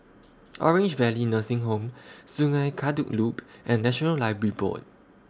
Orange Valley Nursing Home Sungei Kadut Loop and National Library Board